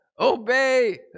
obey